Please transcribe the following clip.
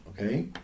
okay